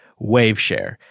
Waveshare